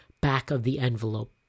back-of-the-envelope